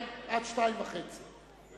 שהסתייגות חד"ש לא נתקבלה.